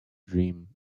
dream